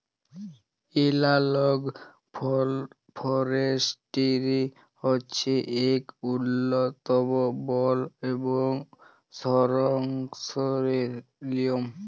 এলালগ ফরেসটিরি হছে ইক উল্ল্যতম বল সংরখ্খলের লিয়ম